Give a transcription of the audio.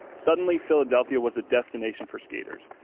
suddenly, philadelphia was a destination for skaters.